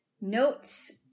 notes